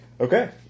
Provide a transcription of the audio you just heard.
Okay